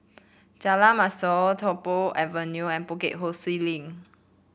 Jalan Mashor Tung Po Avenue and Bukit Ho Swee Link